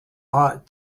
ought